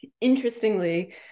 interestingly